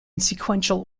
sequential